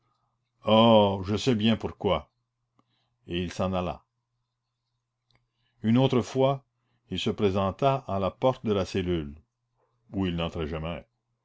oh je sais bien pourquoi et il s'en alla une autre fois il se présenta à la porte de la cellule où